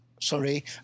sorry